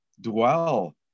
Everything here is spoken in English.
dwell